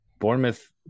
Bournemouth